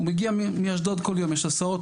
הוא מגיע מאשדוד כל יום יש הסעות,